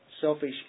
Selfish